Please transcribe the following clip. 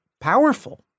powerful